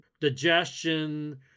digestion